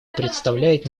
представляет